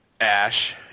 Ash